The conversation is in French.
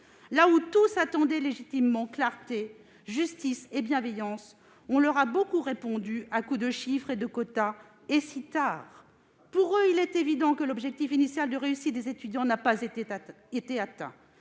étudiants attendaient légitimement clarté, justice et bienveillance, on leur a répondu à coups de chiffres et de quotas ... Et si tard ! Pour eux, il est évident que l'objectif initial de réussite n'a pas été atteint.